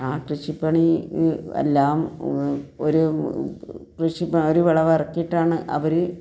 ആ കൃഷിപ്പണി എല്ലാം ഒരു കൃഷി ഒരു വിളവ് ഇറക്കിയിട്ടാണ് അവർ